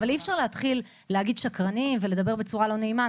אבל אי אפשר להתחיל להגיד שקרנים ולדבר בצורה לא נעימה.